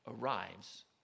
arrives